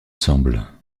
semble